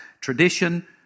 tradition